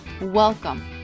Welcome